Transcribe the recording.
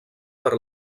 per